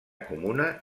comuna